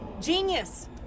genius